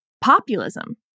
populism